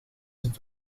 zit